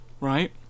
Right